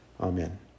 Amen